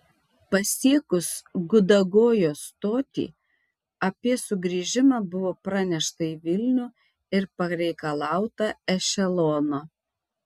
pasiekus gudagojo stotį apie sugrįžimą buvo pranešta į vilnių ir pareikalauta ešelono